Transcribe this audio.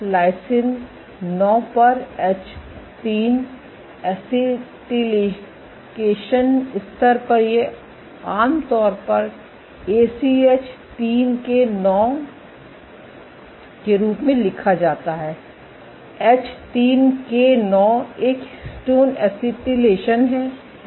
lysine 9 पर H3 acetylation स्तर यह आमतौर पर एसीएच3के9 के रूप में लिखा जाता है एच3के9 एक हिस्टोन एसिटिलेशन है